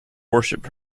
worshiped